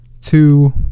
two